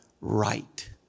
right